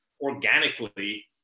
organically